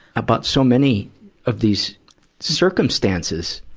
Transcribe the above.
about so many of these circumstances?